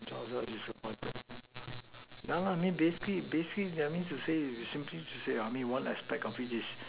the child child look so disappointed yeah I mean basically basically I mean to say simply to say I mean one aspect is